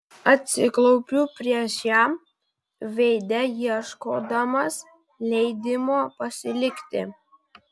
atsiklaupiu prieš ją veide ieškodamas leidimo pasilikti